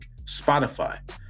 Spotify